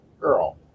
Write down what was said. girl